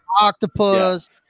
octopus